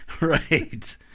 right